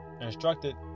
instructed